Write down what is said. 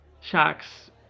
Sharks